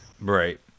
right